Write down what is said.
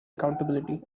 accountability